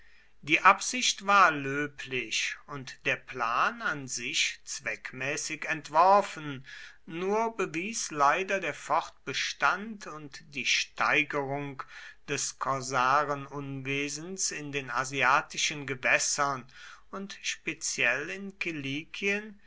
die absicht war löblich und der plan an sich zweckmäßig entworfen nur bewies leider der fortbestand und die steigerung des korsarenunwesens in den asiatischen gewässern und speziell